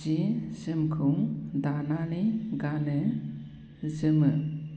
जि जोमखौ दानानै गानो जोमो